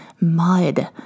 mud